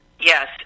yes